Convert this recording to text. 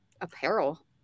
apparel